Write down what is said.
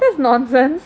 that's nonsense